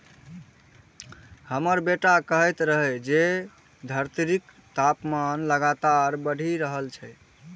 हमर बेटा कहैत रहै जे धरतीक तापमान लगातार बढ़ि रहल छै